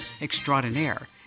extraordinaire